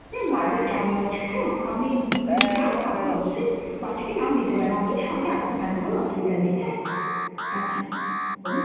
হ্যাঁ মার্বেল চামচ হ্যাঁ আপনি যদি চান আপনি অবশ্যই বাচ্চাকে নাম দিতে পারেন আপনি সঙ্গে আসতে পারেন কোনো অসুবিধা নেই হ্যাঁ আচ্ছা বলুন